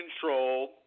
control